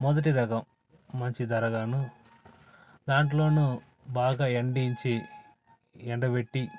మొదటి రకం మంచి ధరగానూ దాంట్లోనూ బాగా ఎండించి ఎండబెట్టి